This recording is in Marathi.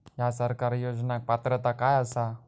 हया सरकारी योजनाक पात्रता काय आसा?